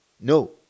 No